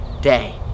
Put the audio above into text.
day